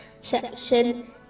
section